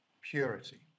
Purity